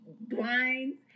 blinds